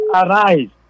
arise